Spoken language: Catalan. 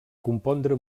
compondre